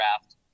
draft